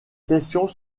sessions